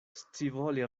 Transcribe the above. scivole